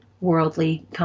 worldly